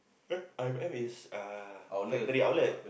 eh I_M_M is uh factory outlet